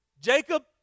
Jacob